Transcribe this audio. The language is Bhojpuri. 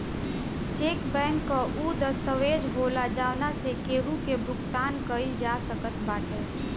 चेक बैंक कअ उ दस्तावेज होला जवना से केहू के भुगतान कईल जा सकत बाटे